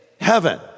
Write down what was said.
heaven